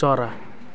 चरा